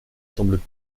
semblent